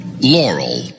Laurel